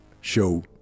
show